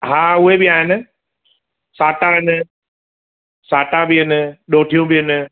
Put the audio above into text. हा उहे बि आहिनि साटा आहिनि साटा बि आहिनि ॾोढियूं बि आहिनि